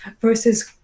versus